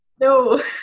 no